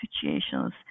situations